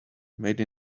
made